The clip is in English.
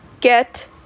get